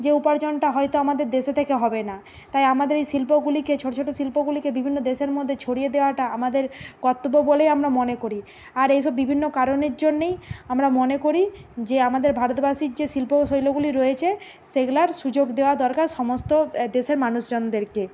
যে উপার্জনটা হয়তো আমাদের দেশে থেকে হবে না তাই আমাদের এই শিল্পগুলিকে ছোটো ছোটো শিল্পগুলিকে বিভিন্ন দেশের মধ্যে ছড়িয়ে দেওয়াটা আমাদের কত্তব্য বলেই আমরা মনে করি আর এইসব বিভিন্ন কারণের জন্যই আমরা মনে করি যে আমাদের ভারতবাসীর যে শিল্প শৈলগুলি রয়েছে সেগুলার সুযোগ দেওয়া দরকার সমস্ত এ দেশের মানুষজনদেরকে